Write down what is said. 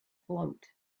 float